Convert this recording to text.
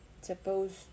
supposed